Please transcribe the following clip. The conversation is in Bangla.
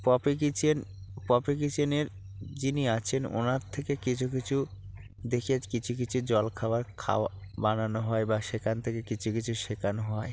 পপি কিচেন পপি কিচেনের যিনি আছেন ওনার থেকে কিছু কিছু দেখে কিছু কিছু জলখাবার খাওয়া বানানো হয় বা সেখান থেকে কিছু কিছু শেখানো হয়